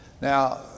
Now